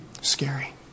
Scary